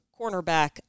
cornerback